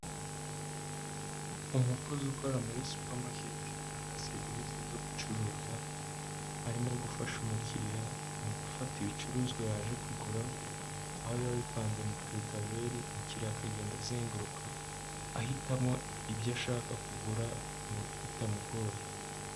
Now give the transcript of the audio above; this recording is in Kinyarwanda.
Umukozi ukora muri supamaketi, atanga serivisi zo gucuruza, arimo gufasha umukiriya mu gufata ibicuruzwa yaje kugura, aho biba bipanze mu tu etajeri, umukiriya akagenda azenguruka ahitamo ibyo ashaka kugura bitamugoye.